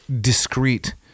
discrete